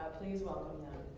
ah please welcome